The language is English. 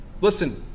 listen